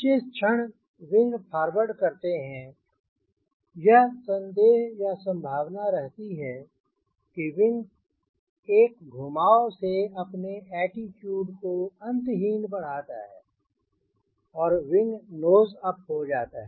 जिस क्षण wing forward करते हैं यह संदेह है या संभावना रहती है कि विंग एक घुमाव से अपने ऐटिटूड को अंतहीन बढ़ाता है और विंग नोज अप हो जाता है